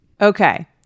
okay